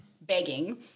begging